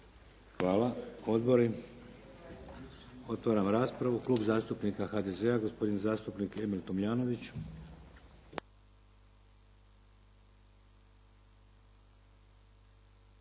Hvala. Odbori? Otvaram raspravu. Klub zastupnika HDZ-a, gospodin zastupnik Emil Tomljanović.